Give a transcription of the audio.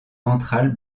ventrale